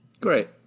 Great